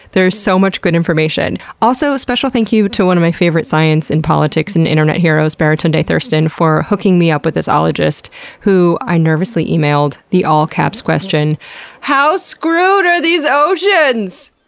there's so much good information. also, a special thank you to one of my favorite science and politics and internet heroes, baratunde thurston, for hooking me up with this ologist who i nervously emailed the all-caps question how screwed are these oceans?